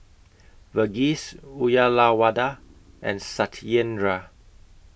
Verghese Uyyalawada and Satyendra